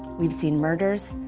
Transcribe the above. we've seen murders,